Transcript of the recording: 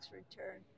return